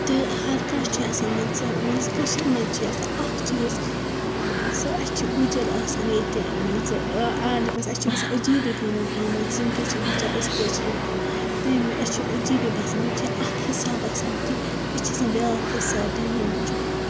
تہٕ ہَر کانٛہہ چھِ آسان مان ژٕ مان ژٕ کٔشیٖرِ منٛز چھِ آسان اَکھ چیٖز مان ژٕ اَسہِ چھِ گُجَر آسان ییٚتہِ مان ژٕ آ آ ڈِفرنس اَسہِ چھِ باسان عٔجیٖبٕے پَنُن پان مان ژٕ یِم کیٛاہ چھِ گُجَر أسۍ کیٛاہ چھِ یم تٔمی اَسہِ چھِ عٔجیٖبٕے باسان تِم چھِ اَکھ حِسابہٕ آسان تہٕ اَسہِ چھُ آسان بِیٛاکھ حِساب تَمے موٗجوٗب